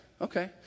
Okay